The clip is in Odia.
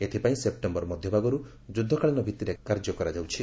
ଏଥିପାଇଁ ସେପ୍ଟେମ୍ବର ମଧ୍ୟଭାଗରୁ ଯୁଦ୍ଧକାଳୀନ ଭିତ୍ତିରେ କାର୍ଯ୍ୟ କରାଯାଉଛି